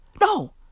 no